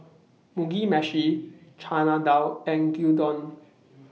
Mugi Meshi Chana Dal and Gyudon